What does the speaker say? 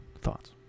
thoughts